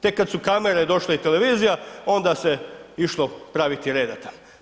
Tek kada su kamere došle i televizija onda se išlo praviti reda tamo.